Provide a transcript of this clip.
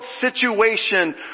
situation